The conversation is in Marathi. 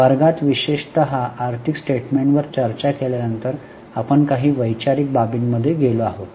वर्गात विशेषत आर्थिक स्टेटमेंटवर चर्चा केल्यानंतर आपण काही वैचारिक बाबींमध्ये गेलो आहोत